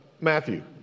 Matthew